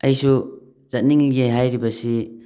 ꯑꯩꯁꯨ ꯆꯠꯅꯤꯡꯉꯦ ꯍꯥꯏꯔꯤꯕꯁꯤ